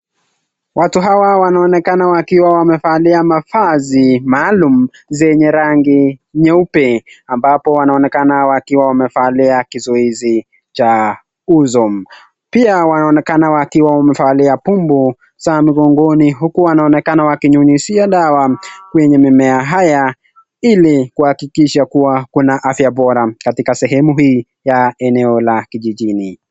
Watu hawa wanaonekana wakiwa wamevalia mavazi maalumu zenye rangi nyeupe, ambapo wanaonekana wamevaa kizuizi cha Uzomu .Pia wanaonekana wamevalia Pumbumu migongoni huk wakionekana kunyunyizia dawa kwenye mimea. Haya hili kuakikisha kuna afya bora katika sehemu hii ya eneo la kijijini.